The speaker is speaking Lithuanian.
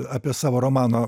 apie savo romano